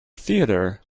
theater